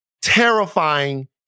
terrifying